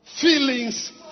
Feelings